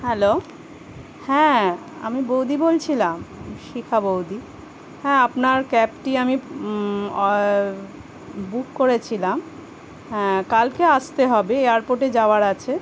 hello হ্যাঁ আমি বৌদি বলছিলাম শিখা বৌদি হ্যাঁ আপনার ক্যাবটি আমি বুক করেছিলাম হ্যাঁ কালকে আসতে হবে এয়ারপোর্টে যাওয়ার আছে